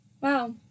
Wow